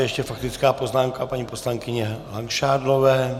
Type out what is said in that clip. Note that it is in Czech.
Ještě faktická poznámka paní poslankyně Langšádlové.